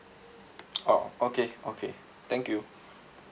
oh okay okay thank you